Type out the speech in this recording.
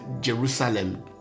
Jerusalem